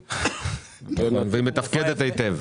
המסים,